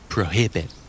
Prohibit